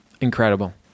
Incredible